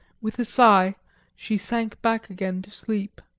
with a sigh she sank back again to sleep.